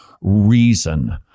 reason